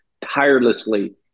tirelessly